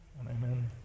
amen